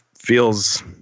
feels